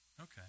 Okay